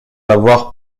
avoir